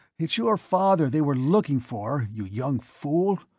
it's your father they were looking for, you young fool,